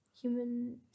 Human